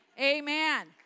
Amen